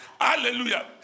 Hallelujah